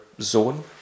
zone